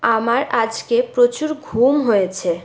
আমার আজকে প্রচুর ঘুম হয়েছে